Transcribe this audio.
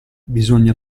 bisogna